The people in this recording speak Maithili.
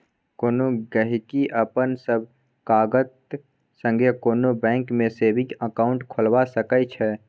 कोनो गहिंकी अपन सब कागत संगे कोनो बैंक मे सेबिंग अकाउंट खोलबा सकै छै